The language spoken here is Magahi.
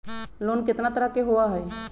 लोन केतना तरह के होअ हई?